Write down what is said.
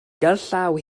gerllaw